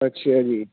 ਅੱਛਾ ਜੀ